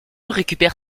récupère